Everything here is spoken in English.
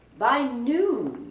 by noon